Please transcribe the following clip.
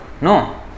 No